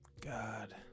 God